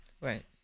Right